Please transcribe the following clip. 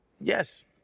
Yes